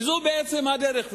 וזו בעצם הדרך.